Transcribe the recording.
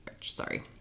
sorry